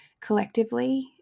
collectively